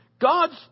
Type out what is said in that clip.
God's